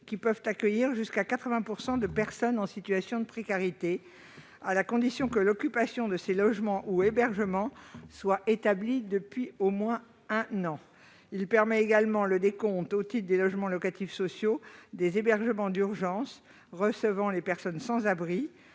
qui peuvent accueillir jusqu'à 80 % de personnes en situation de précarité, à la condition que l'occupation de ces logements ou hébergements soit établie depuis au moins un an. Il tend également à permettre le décompte, au titre des logements locatifs sociaux, des hébergements d'urgence recevant des personnes sans abri,